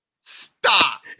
stop